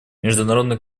международный